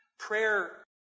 Prayer